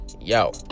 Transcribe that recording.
Yo